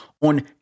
on